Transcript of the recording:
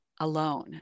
alone